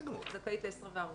זכאית ל-24 תלמידים בכיתה.